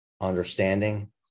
understanding